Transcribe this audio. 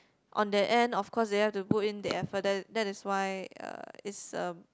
on their end of course they have to put in the effort that that is why uh it's uh